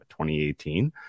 2018